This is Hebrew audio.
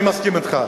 אני מסכים אתך.